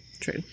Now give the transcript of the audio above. true